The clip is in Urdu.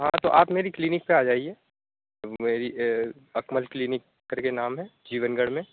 ہاں تو آپ میری کلینک پہ آ جائیے میری اکمل کلینک کر کے نام ہے جیون گڑھ میں